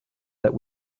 that